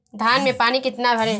धान में पानी कितना भरें?